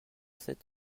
sept